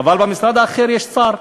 אבל במשרד האחר יש שר.